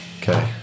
Okay